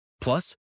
Plus